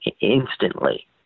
instantly